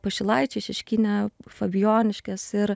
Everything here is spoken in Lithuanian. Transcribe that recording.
pašilaičiai šeškinė fabijoniškės ir